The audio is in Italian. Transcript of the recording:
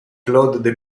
claude